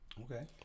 Okay